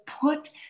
put